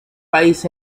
país